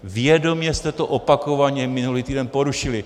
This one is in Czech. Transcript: Vědomě jste to opakovaně minulý týden porušili.